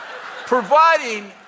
providing